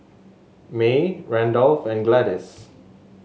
May Randolph and Gladis